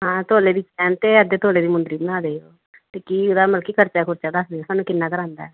ਹਾਂ ਤੋਲੇ ਦੀ ਚੈਨ ਅਤੇ ਅੱਧੇ ਤੋਲੇ ਦੀ ਮੁੰਦਰੀ ਬਣਾ ਦਿਓ ਅਤੇ ਕੀ ਇਹਦਾ ਮਤਲਬ ਕਿ ਖਰਚਾ ਖੁਰਚਾ ਦੱਸ ਦਿਓ ਸਾਨੂੰ ਕਿੰਨਾ ਕਰ ਆਂਦਾ